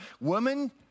Woman